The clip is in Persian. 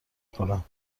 کنم